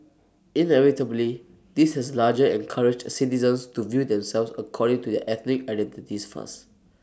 inevitably this has larger encouraged citizens to view themselves according to their ethnic identities first